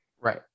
Right